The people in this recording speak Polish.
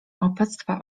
opactwa